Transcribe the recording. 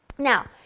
now,